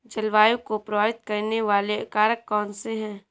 जलवायु को प्रभावित करने वाले कारक कौनसे हैं?